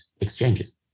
exchanges